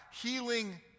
healing